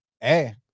hey